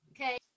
Okay